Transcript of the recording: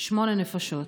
שמונה נפשות.